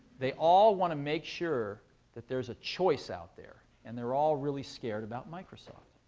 they all want to make sure that there's a choice out there, and they're all really scared about microsoft.